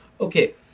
Okay